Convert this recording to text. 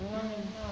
mm